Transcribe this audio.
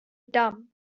dumb